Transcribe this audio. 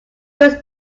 was